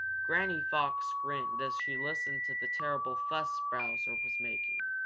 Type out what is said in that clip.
granny fox grinned as she listened to the terrible fuss bowser was making.